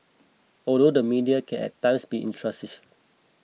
although the media can at times be intrusive